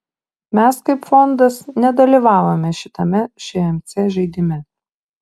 mes kaip fondas nedalyvavome šitame šmc žaidime